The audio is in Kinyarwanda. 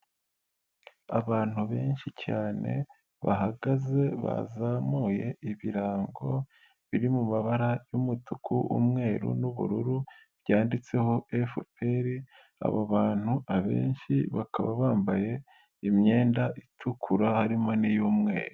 Abantu benshi cyane, bahagaze bazamuye ibirango biri mu mabara y'umutuku umweru n'ubururu, byanditseho FPR, abo bantu abenshi bakaba bambaye imyenda itukura harimo n'iy'umweru.